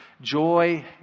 Joy